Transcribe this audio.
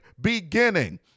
beginning